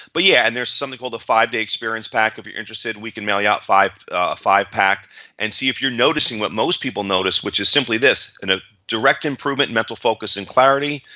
but yeah and there's something called the five-day experience pack. if you're interested, we could mail you the ah five five pack and see if you're noticing what most people notice which is simply this, and ah direct improvement, mental focus and clarity,